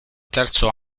terzo